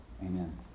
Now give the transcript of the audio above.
Amen